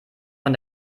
von